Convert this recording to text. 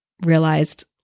realized